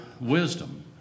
wisdom